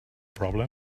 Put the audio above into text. problem